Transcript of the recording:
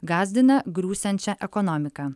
gąsdina griūsiančia ekonomika